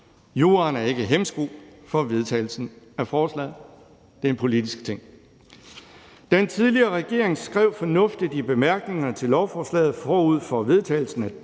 Juraen er ikke en hæmsko for vedtagelsen af forslaget; det er en politisk ting. Den tidligere regering skrev fornuftigt i bemærkningerne til lovforslaget forud for vedtagelsen af